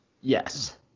Yes